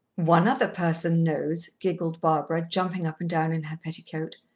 one other person knows, giggled barbara, jumping up and down in her petticoat.